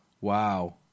Wow